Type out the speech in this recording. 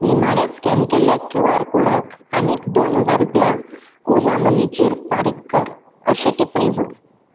निमाण्या स्कॅन केल्ल्या Q R कोडाक आनी दोन हजार रुपया ओला मनी चेर फारीक कर अशी टिप्पणी जोड